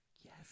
Yes